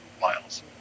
miles